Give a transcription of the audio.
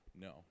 No